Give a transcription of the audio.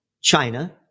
China